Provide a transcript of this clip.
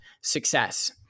success